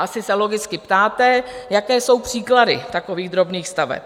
Asi se logicky ptáte, jaké jsou příklady takových drobných staveb?